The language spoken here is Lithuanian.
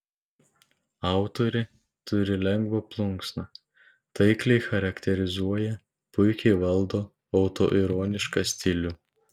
autorė turi lengvą plunksną taikliai charakterizuoja puikiai valdo autoironišką stilių